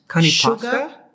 sugar